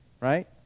right